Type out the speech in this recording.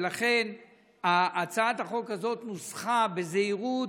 ולכן הצעת החוק הזאת נוסחה בזהירות,